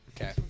Okay